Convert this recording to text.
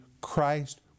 Christ